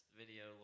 video